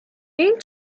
این